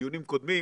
דיונים קודמים,